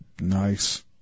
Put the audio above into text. Nice